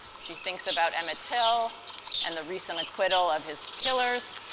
she thinks about emmett till and the recent acquittal of his killers,